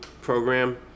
program